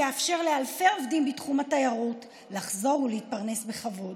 היא תאפשר לאלפי עובדים בתחום התיירות לחזור ולהתפרנס בכבוד.